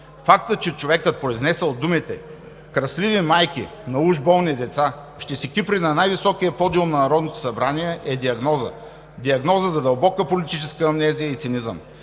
Фактът, че човекът, произнесъл думите „кресливи майки на уж болни деца“, ще се кипри на най високия подиум на Народното събрание е диагноза – диагноза за дълбока политическа амнезия и цинизъм.